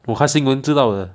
我看新闻知道的